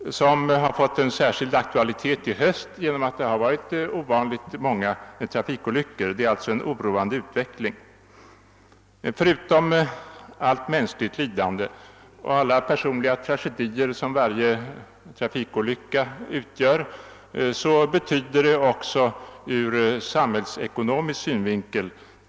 De har fått en särskild aktualitet i höst genom att det hänt ovanligt många trafikolyckor. Det är alltså en oroande utveckling. Förutom allt mänskligt lidande och alla personliga tragedier som varje trafikolycka för med sig betyder de också mycket ur samhällsekonomisk synvinkel.